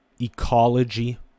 Ecology